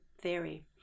theory